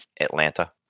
Atlanta